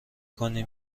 کنی